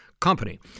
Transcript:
company